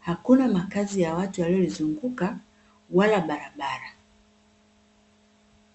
hakuna makazi ya watu waliyolizunguka wala barabara.